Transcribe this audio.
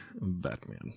Batman